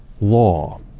law